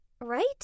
right